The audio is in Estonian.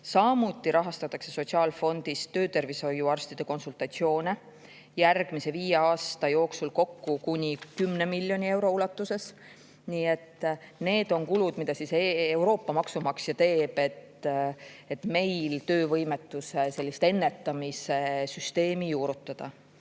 Samuti rahastatakse sotsiaalfondist töötervishoiuarstide konsultatsioone järgmise viie aasta jooksul kokku kuni 10 miljoni euro ulatuses. Need on kulud, mida Euroopa maksumaksja teeb, et meil töövõimetuse ennetamise süsteemi juurutada.